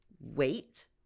wait